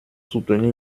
soutenir